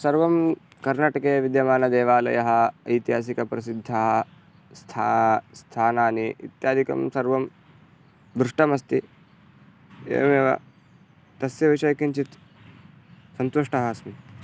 सर्वं कर्नाटके विद्यमानदेवालयाः ऐतिहासिकप्रसिद्धाः स्था स्थानानि इत्यादिकं सर्वं दृष्टमस्ति एवमेव तस्य विषये किञ्चित् सन्तुष्टः अस्मि